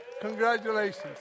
congratulations